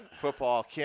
football